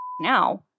now